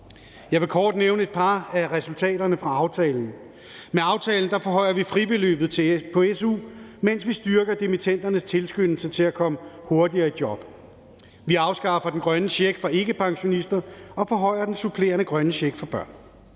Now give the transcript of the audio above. Jeg vil kort nævne et par af resultaterne fra aftalen: Med aftalen forhøjer vi fribeløbet på su, mens vi styrker dimittendernes tilskyndelse til at komme hurtigere i job. Vi afskaffer den grønne check for ikkepensionister og forhøjer den supplerende grønne check for børn.